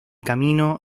camino